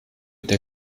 der